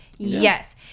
yes